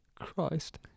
Christ